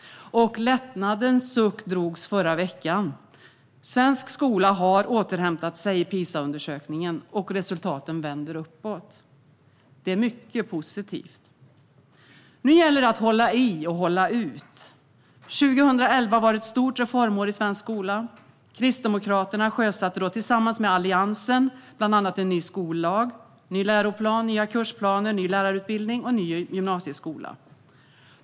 Lättnadens suck drogs förra veckan. Svensk skola har återhämtat sig i PISA-undersökningen, och resultaten vänder uppåt. Det är mycket positivt. Nu gäller det att hålla i och hålla ut. 2011 var ett stort reformår i svensk skola. Kristdemokraterna sjösatte då tillsammans med Alliansen bland annat en ny skollag, ny läroplan, nya kursplaner, ny lärarutbildning och ny gymnasieskola.